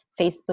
Facebook